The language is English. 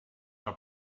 are